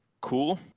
Cool